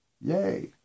Yay